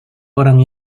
orang